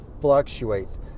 fluctuates